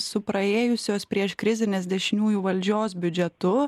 su praėjusios prieškrizinės dešiniųjų valdžios biudžetu